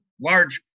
large